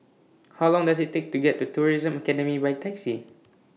How Long Does IT Take to get to The Tourism Academy By Taxi